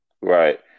Right